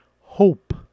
hope